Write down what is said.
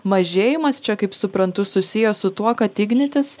mažėjimas čia kaip suprantu susijęs su tuo kad ignitis